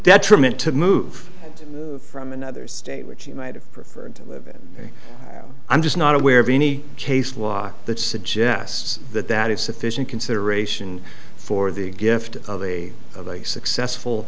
detriment to move from another state which he might have preferred to live in i'm just not aware of any case law that suggests that that is sufficient consideration for the gift of a of a successful